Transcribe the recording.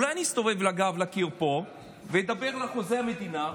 אולי אני אסתובב עם הגב לאולם ואדבר אל חוזה המדינה,